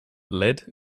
lead